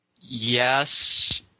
Yes